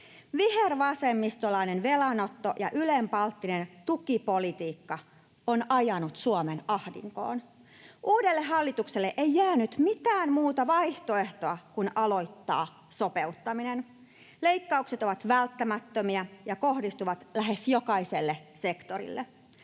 Vihervasemmistolainen velanotto- ja ylenpalttinen tukipolitiikka on ajanut Suomen ahdinkoon. Uudelle hallitukselle ei jäänyt mitään muuta vaihtoehtoa kuin aloittaa sopeuttaminen. Leikkaukset ovat välttämättömiä ja kohdistuvat lähes jokaiselle sektorille.